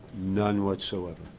none whatsoever.